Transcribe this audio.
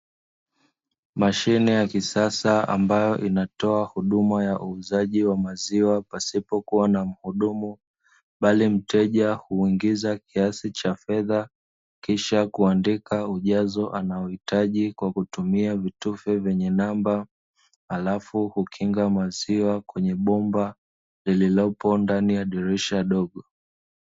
Mashine ya kisasa ambayo inatoa huduma ya uuzaji wa maziwa pasipokuwa na mfudumu, bali mteja kuingiza kiasi cha fedha kisha kuandika ujazo anaouhitaji kwa kutumia vitufe venye namba halafu hukinga maziwa kwenye bomba lililopo ndani ya dirisha dogo.